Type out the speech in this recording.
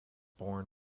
born